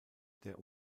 der